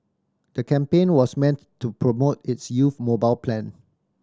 the campaign was meant to promote its youth mobile plan